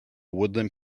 woodland